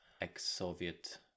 ex-Soviet